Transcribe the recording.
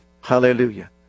Hallelujah